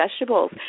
vegetables